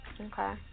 Okay